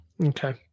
Okay